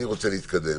אני רוצה להתקדם.